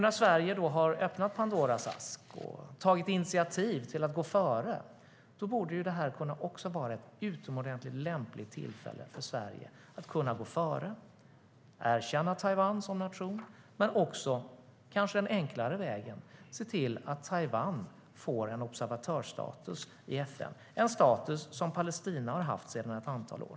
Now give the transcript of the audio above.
När Sverige nu har öppnat Pandoras ask och tagit initiativ till att gå före borde dock detta kunna vara ett utomordentligt lämpligt tillfälle för Sverige att gå före, erkänna Taiwan som nation och, vilket kanske är den enklare vägen, se till att Taiwan får observatörsstatus. Det är en status Palestina har haft ett antal år.